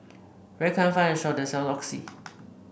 where can I find a shop that sell Oxy